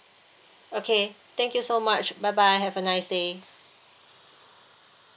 okay thank you so much bye bye have a nice day